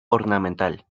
ornamental